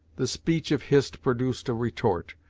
the speech of hist produced a retort,